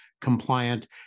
compliant